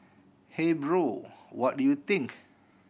hey bro what do you think